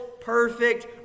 perfect